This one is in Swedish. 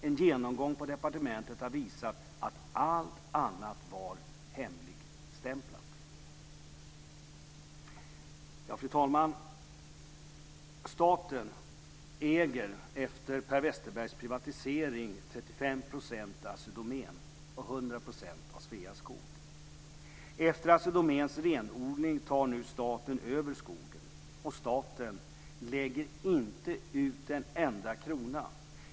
En genomgång på departementet har visat att allt annat var hemligstämplat. Fru talman! Staten äger efter Per Westerbergs privatisering 35 % av Assi Domän och 100 % av Sveaskog. Efter Assi Domäns renodling tar nu staten över skogen, och staten lägger inte ut en enda krona.